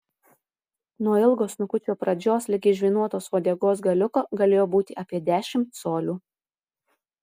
nuo ilgo snukučio pradžios ligi žvynuotos uodegos galiuko galėjo būti apie dešimt colių